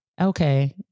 Okay